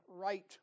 right